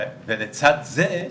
ולצד זה,